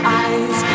eyes